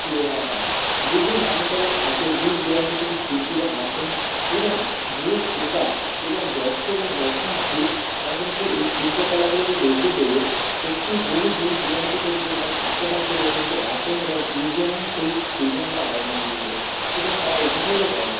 তুলে ধরা হয় বহু নাম করা খ্যাত দূর দূরান্ত থেকে শিল্পীরা আসেন এবং বহু শ্রোতা এবং দর্শক দর্শনার্থী তারা কিন্তু এই শিল্পকলাগুলোকে দেখবে বলে সত্যিই বহু দূর দূরান্ত থেকে এবং আশেপাশেরও কিন্তু আসেন এবং ভিড় জমান সেই স্টেডিয়াম বা অ্যারেনাগুলিতে এবং তারা উপভোগও করেন